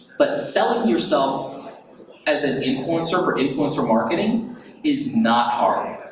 but selling yourself as an influencer for influencer marketing is not hard.